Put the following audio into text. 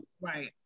Right